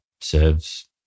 serves